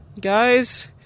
guys